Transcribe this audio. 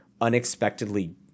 unexpectedly